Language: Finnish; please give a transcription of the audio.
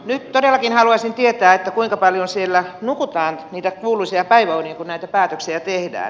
nyt todellakin haluaisin tietää kuinka paljon siellä nukutaan niitä kuuluisia päiväunia kun näitä päätöksiä tehdään